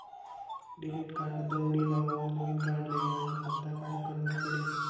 Debit card दवडी जावावर नविन कार्ड लेवानी करता काय करनं पडी?